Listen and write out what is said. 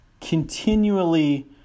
continually